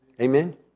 Amen